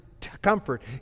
comfort